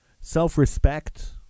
Self-respect